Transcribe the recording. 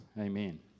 amen